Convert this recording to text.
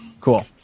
Cool